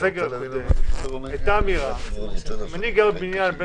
בסגר הייתה אמירה אם אני גר בבניין בן